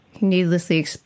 needlessly